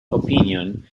opinion